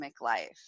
life